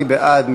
מי בעד?